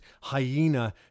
hyena